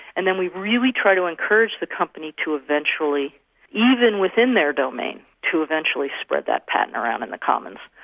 and then we really try to encourage the company to eventually even within their domain to eventually spread that patent around in the commons.